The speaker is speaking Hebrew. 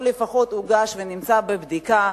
או לפחות הוגש ונמצא בבדיקה,